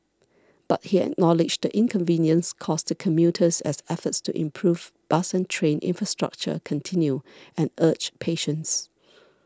but he acknowledged the inconvenience caused to commuters as efforts to improve bus and train infrastructure continue and urged patience